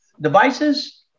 devices